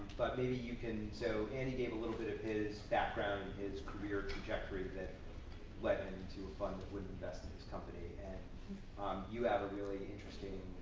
but maybe you can so andy gave a little bit of his background and his career trajectory that led him to a fund that would invest in his company, and um you have a really interesting